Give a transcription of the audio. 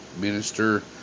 minister